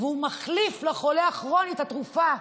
והוא מחליף לחולה הכרוני את התרופה.